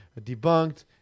debunked